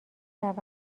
روند